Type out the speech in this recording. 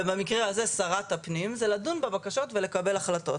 ובמקרה הזה שרת הפנים זה לדון בבקשות ולקבל החלטות.